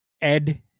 Ed